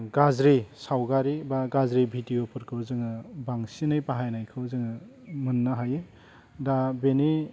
गाज्रि सावगारि बा गाज्रि भिडिअफोरखौ जोङो बांसिनै बाहायनायखौ जोङो मोन्नो हायो दा बेनि